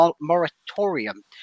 moratorium